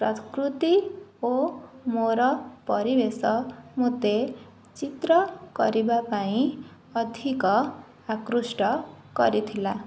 ପ୍ରକୃତି ଓ ମୋର ପରିବେଶ ମୋତେ ଚିତ୍ର କରିବା ପାଇଁ ଅଧିକ ଆକୃଷ୍ଟ କରିଥିଲା